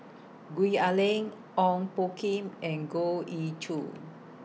Gwee Ah Leng Ong Poh Kim and Goh Ee Choo